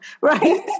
right